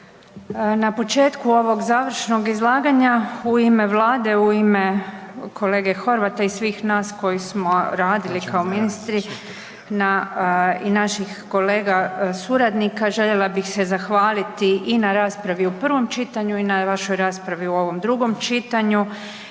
Na početku ovog završnog izlaganja u ime vlade, u ime kolege Horvata i svih nas koji smo radili kao ministri na i naših kolega suradnika željela bih se zahvaliti i na raspravi u prvom čitanju i na vašoj raspravi u ovom drugom čitanju